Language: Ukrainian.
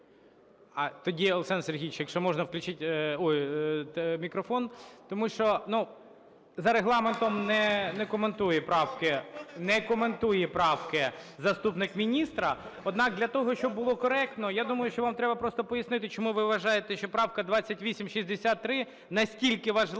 Тоді, Олександр Сергійович, якщо можна, включіть мікрофон. Тому що за Регламентом не коментує правки, не коментує правки заступник міністра. Однак для того, щоб було коректно, я думаю, що вам треба просто пояснити, чому ви вважаєте, що правка 2863 настільки важлива